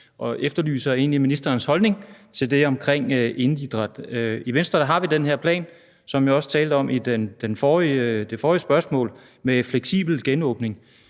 egentlig ministerens holdning til det om indeidræt. I Venstre har vi den her plan, som jeg også talte om i det forrige spørgsmål, med fleksibel genåbning,